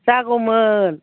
जागौमोन